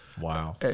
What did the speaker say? Wow